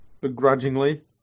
begrudgingly